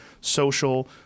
social